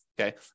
okay